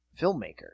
filmmaker